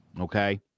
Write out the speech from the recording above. okay